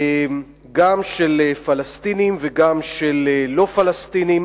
גם של פלסטינים וגם של לא פלסטינים